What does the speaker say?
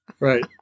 Right